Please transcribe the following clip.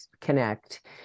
connect